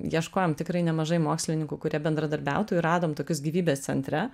ieškojom tikrai nemažai mokslininkų kurie bendradarbiautų ir radom tokius gyvybės centre